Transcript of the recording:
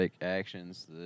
actions